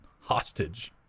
hostage